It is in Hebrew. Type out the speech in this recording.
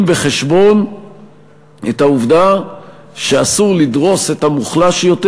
בחשבון את העובדה שאסור לדרוס את המוחלש יותר,